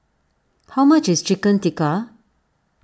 how much is Chicken Tikka